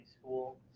school